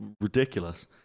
ridiculous